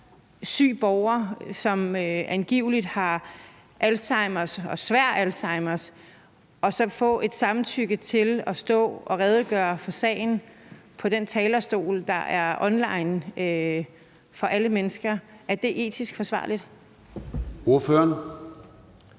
syg borger, som angiveligt har svær alzheimer, altså at få et samtykke til at stå og redegøre for sagen på denne talerstol, så alle mennesker kan se det online. Er det etisk forsvarligt? Kl.